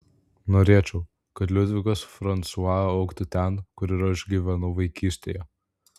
norėčiau kad liudvikas fransua augtų ten kur ir aš gyvenau vaikystėje